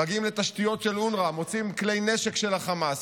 מגיעים לתשתיות של אונר"א ומוצאים כלי נשק של החמאס,